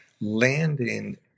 landing